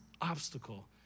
obstacle